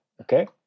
Okay